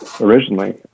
originally